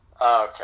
Okay